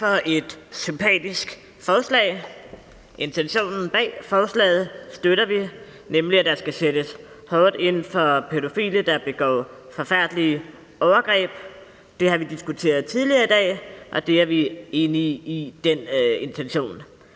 Tak for et sympatisk forslag. Intentionen bag forslaget støtter vi, nemlig at der skal sættes hårdt ind over for pædofile, der begår forfærdelige overgreb. Det har vi diskuteret tidligere i dag, og i Det Radikale Venstre er vi enige i den intention.